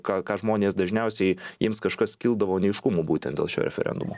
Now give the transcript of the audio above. ką ką žmonės dažniausiai jiems kažkas kildavo neaiškumų būtent dėl šio referendumo